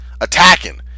Attacking